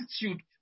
attitude